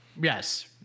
Yes